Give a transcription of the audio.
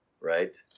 right